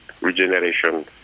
regeneration